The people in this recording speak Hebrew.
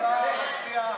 מעצרים)